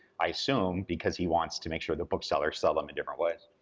i assume, because he wants to make sure the bookseller sell them in different ways.